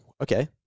okay